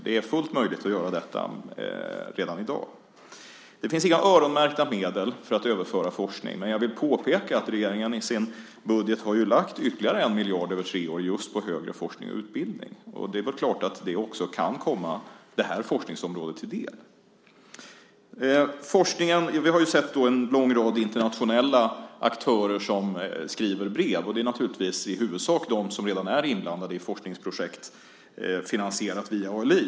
Det är fullt möjligt att göra detta redan i dag. Det finns inga öronmärkta medel för att överföra forskning, men jag vill påpeka att regeringen i sin budget har lagt ytterligare 1 miljard över tre år just på högre forskning och utbildning. Det är väl klart att det också kan komma det här forskningsområdet till del. Vi har nu sett en lång rad internationella aktörer skriva brev, och det är naturligtvis i huvudsak de som redan är inblandade i forskningsprojekt som är finansierade via ALI.